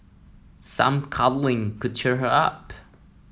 some cuddling could cheer her up